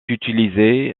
utilisé